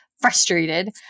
frustrated